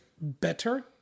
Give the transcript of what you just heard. better